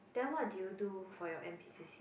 then what did you do for your n_p_c_c